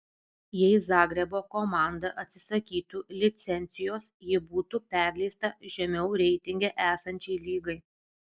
jei zagrebo komanda atsisakytų licencijos ji būtų perleista žemiau reitinge esančiai lygai